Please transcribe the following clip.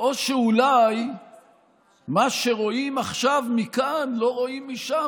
או שאולי מה שרואים עכשיו מכאן לא רואים משם.